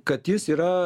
kad jis yra